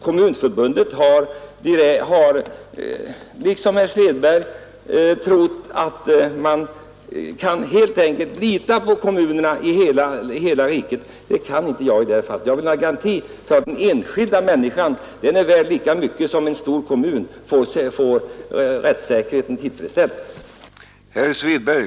Kommunförbundet tror liksom herr Svedberg att man kan lita på kommunerna i hela riket, men det kan inte jag göra. Jag vill ha garantier i detta fall. Och när det gäller rättssäkerheten är den enskilda människan värd lika mycket som en stor kommun.